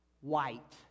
white